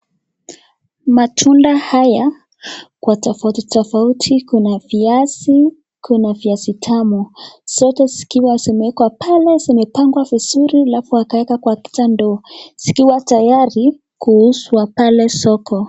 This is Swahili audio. Mtunda haya kwa tofauti tofauti kuna viazi, kuna viazi tamu, sote zikiwa zimewekwa pale zimepangwa vizuri, alafu wakaweka katika ndoo zikiwa tayari kuuzwa pale soko.